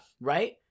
Right